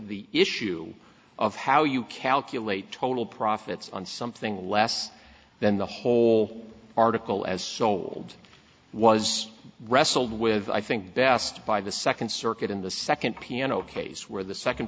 the issue of how you calculate total profits on something less than the whole article as sold was wrestled with i think best by the second circuit in the second piano case where the second